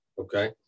okay